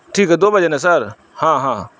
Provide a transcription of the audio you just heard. ٹھیک ہے دو بجے نا سر ہاں ہاں